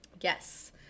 Yes